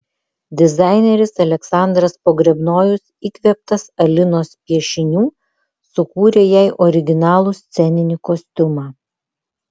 dizaineris aleksandras pogrebnojus įkvėptas alinos piešinių sukūrė jai originalų sceninį kostiumą